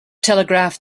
telegraph